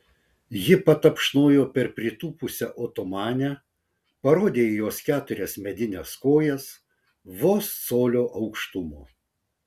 ji patapšnojo per pritūpusią otomanę parodė į jos keturias medines kojas vos colio aukštumo